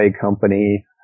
company